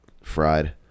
fried